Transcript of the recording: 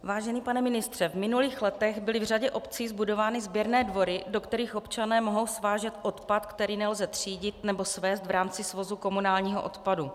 Vážený pane ministře, v minulých letech byly v řadě obcí zbudovány sběrné dvory, do kterých občané mohou svážet odpad, který nelze třídit nebo svézt v rámci svozu komunálního odpadu.